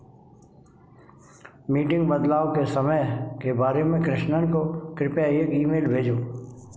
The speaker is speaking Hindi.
मीटिंग बदलाव के समय के बारे में कृष्णन को कृपया एक ईमेल भेजो